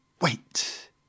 Wait